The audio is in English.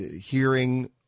Hearing